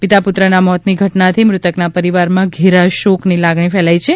પિતા પુત્રના મોતની ઘટનાથી મૃતકના પરિવારમાં ઘેરા શોકની લાગણી ફેલાઇ છે